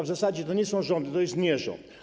W zasadzie to nie są rządy, to jest nierząd.